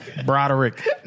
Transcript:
Broderick